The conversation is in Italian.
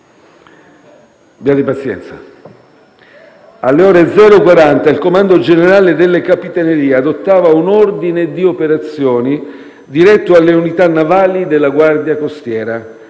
di Lampedusa. Alle ore 00,40 il Comando generale delle Capitanerie adottava un ordine di operazioni diretto alle unità navali della Guardia costiera